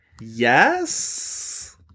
Yes